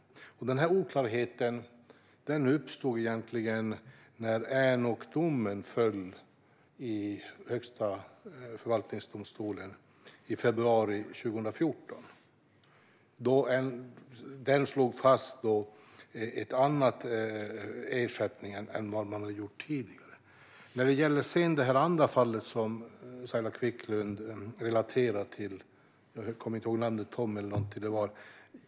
Den här oklarheten uppstod egentligen när Änokdomen föll i Högsta förvaltningsdomstolen i februari 2014. Den slog fast en annan ersättning än vad som hade skett tidigare. Jag känner inte till det andra enskilda fall som Saila Quicklund relaterar till.